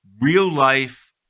real-life